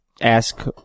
ask